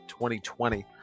2020